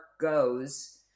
goes